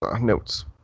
Notes